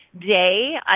day